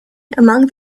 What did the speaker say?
among